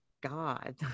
God